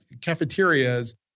cafeterias